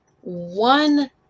one